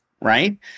Right